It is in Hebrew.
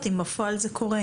צריך לראות אם בפועל זה קורה,